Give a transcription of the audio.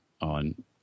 on